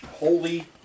Holy